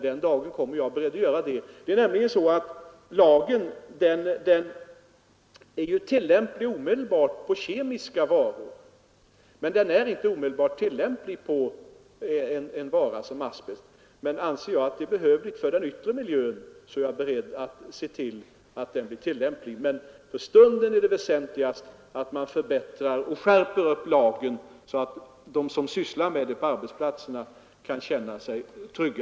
Den lagen är omedelbart tillämplig på kemiska varor, men inte på en vara som asbest. Anser jag det behövligt med tanke på den yttre miljön är jag beredd att se till att den blir tillämplig, men för stunden är det viktigast att man förbättrar och skärper arbetarskyddslagen, så att de som sysslar med asbest på arbetsplatserna kan känna sig trygga.